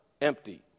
empty